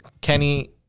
Kenny